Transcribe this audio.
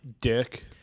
dick